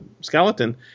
skeleton